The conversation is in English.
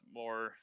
more